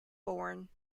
born